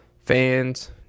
fans